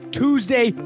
tuesday